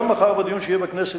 בדיון שיהיה בכנסת,